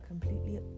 completely